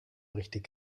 richtig